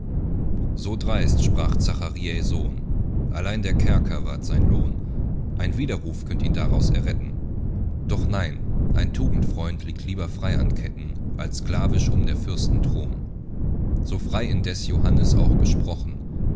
so dreist sprach zachariä sohn allein der kerker ward sein lohn ein widerruf könnt ihn daraus erretten doch nein ein tugendfreund liegt lieber frei an ketten als sklavisch um der fürsten thron so frei indes johannes auch gesprochen